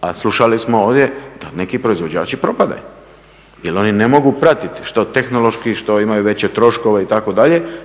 a slušali smo ovdje da neki proizvođači propadaju jer oni ne mogu pratiti što tehnološki i što imaju veće troškove, itd.